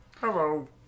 Hello